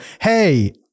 hey